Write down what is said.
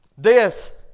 death